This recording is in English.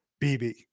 bb